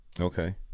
Okay